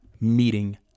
meeting